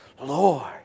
Lord